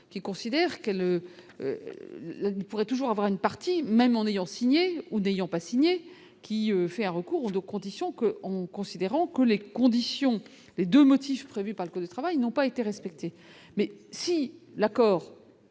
qui considère qu'elle pourrait toujours avoir une partie, même en ayant signé ou n'ayant pas signé qui fait un recours de conditions que on considérant que les conditions, les 2 motifs prévu parce que le travail n'ont pas été respecté mais si l'accord,